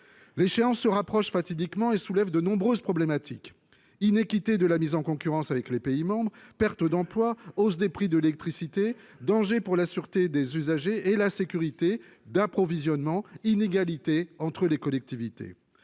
L'échéance se rapproche fatidiquement et soulève de nombreuses problématiques : iniquité de la mise en concurrence avec les pays membres, pertes d'emplois, hausse des prix de l'électricité, danger pour la sûreté des usagers et la sécurité d'approvisionnement, inégalités entre collectivités.